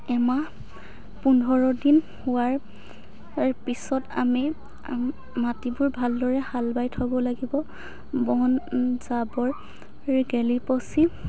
এমাহ পোন্ধৰ দিন হোৱাৰ পিছত আমি মাটিবোৰ ভালদৰে হাল বাই থ'ব লাগিব বন জাৱৰ গেলি পচি